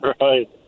Right